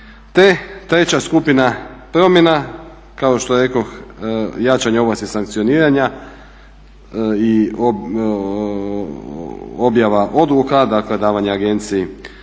treća skupina promjena kao što rekoh jačanje ovlasti sankcioniranja i objava odluka, dakle davanje agenciji